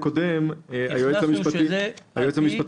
112. היועץ המשפטי